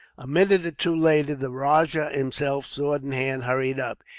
a minute or two later the rajah himself, sword in hand, hurried up.